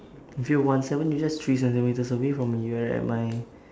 if you're one seven you just three centimetres away from me you are at my